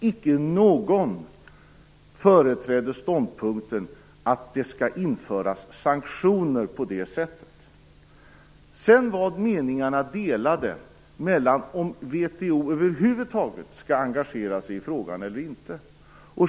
Icke någon företrädde ståndpunkten att det skall införas sanktioner på det sättet. Meningarna var delade om VHO över huvud taget skall engagera sig i frågan eller inte.